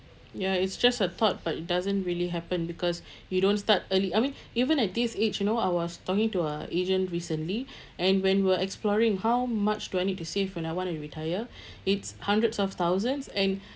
ya it's just a thought but it doesn't really happen because you don't start early I mean even at this age you know I was talking to a agent recently and when we're exploring how much do I need to save when I want to retire it's hundreds of thousands and